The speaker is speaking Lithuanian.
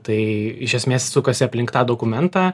tai iš esmės sukasi aplink tą dokumentą